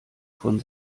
von